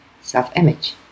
self-image